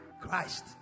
Christ